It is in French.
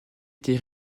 été